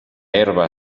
herba